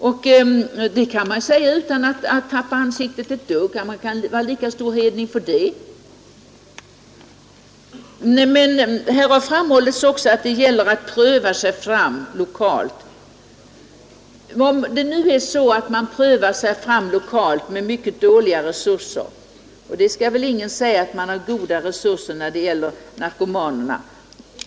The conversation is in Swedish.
Det kan man göra utan att tappa ansiktet — man kan vara lika stor hedning för det. Det har också framhållits att det gäller att pröva sig fram lokalt. Vi prövar oss nu fram lokalt med mycket dåliga resurser, särskilt när det gäller narkomanerna.